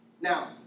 Now